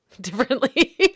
differently